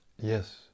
Yes